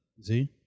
See